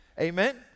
Amen